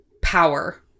power